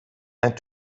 and